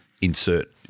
insert